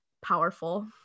Powerful